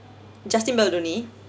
justin baldoni ya